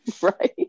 Right